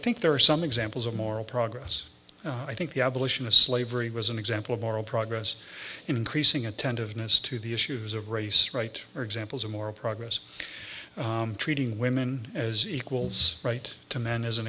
think there are some examples of moral progress i think the abolition of slavery was an example of moral progress increasing attentiveness to the issues of race right are examples of moral progress treating women as equals right to men as an